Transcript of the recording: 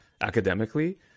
academically